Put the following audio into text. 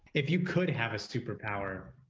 if you could have a superpower,